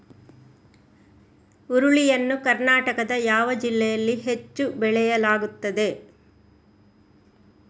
ಹುರುಳಿ ಯನ್ನು ಕರ್ನಾಟಕದ ಯಾವ ಜಿಲ್ಲೆಯಲ್ಲಿ ಹೆಚ್ಚು ಬೆಳೆಯಲಾಗುತ್ತದೆ?